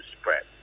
spread